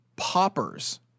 poppers